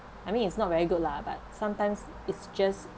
I mean it's not very good lah but sometimes it's just